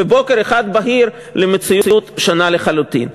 בבוקר אחד בהיר למציאות שונה לחלוטין.